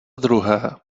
druhé